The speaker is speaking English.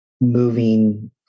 moving